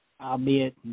albeit